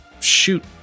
shoot